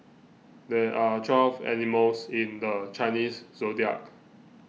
there are twelve animals in the Chinese zodiac